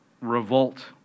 revolt